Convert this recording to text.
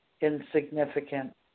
insignificant